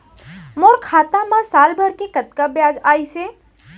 मोर खाता मा साल भर के कतका बियाज अइसे?